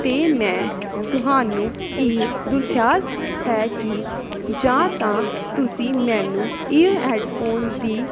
ਅਤੇ ਮੈਂ ਤੁਹਾਨੂੰ ਇਹ ਦੁਰਖਿਆਸ ਹੈ ਕਿ ਜਾਂ ਤਾਂ ਤੁਸੀ ਮੈਨੂੰ ਇਹ ਹੈੱਡਫੋਨ ਦੀ